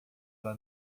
ela